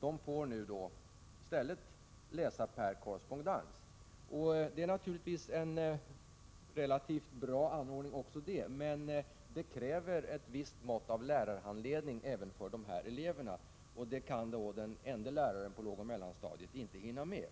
de får nu läsa per korrespondens. Det är naturligtvis en relativt bra anordning, men undervisningen av dessa elever kräver ett visst mått av handledning, och det hinner den enda läraren för lågoch mellanstadiet inte med.